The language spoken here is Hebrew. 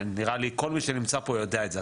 נראה לי שכל מי שנמצא פה יודע את זה,